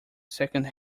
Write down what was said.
second